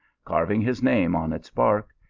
carving his name on its bark,